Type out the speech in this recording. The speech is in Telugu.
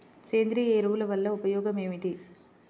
సేంద్రీయ ఎరువుల వల్ల ఉపయోగమేమిటీ?